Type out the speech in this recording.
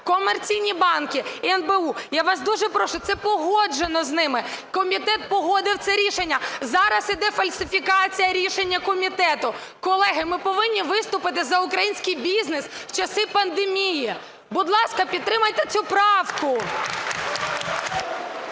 комерційні банки і НБУ. Я вас дуже прошу, це погоджено з ними. Комітет погодив це рішення. Зараз йде фальсифікація рішення комітету. Колеги, ми повинні виступити за український бізнес в часи пандемії. Будь ласка, підтримайте цю правку.